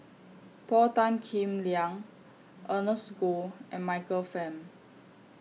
Paul Tan Kim Liang Ernest Goh and Michael Fam